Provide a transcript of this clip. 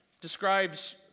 describes